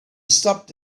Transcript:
stopped